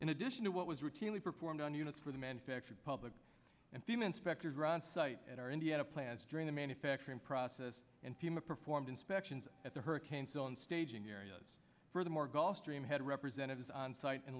in addition to what was routinely performed on units for the manufactured public and team inspectors are onsite at our indiana plants during the manufacturing process and team a performed inspections at the hurricane zone staging areas for the more gulf stream had representatives on site